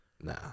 Nah